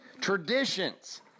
traditions